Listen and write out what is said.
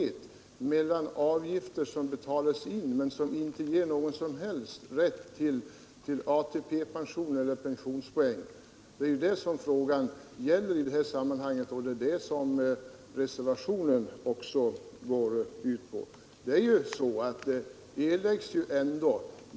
Nu betalas avgifter in utan att det ger någon som helst rätt till ATP-pension eller pensionspoäng. Det är detta som frågan gäller, och det är även det reservationen går ut på.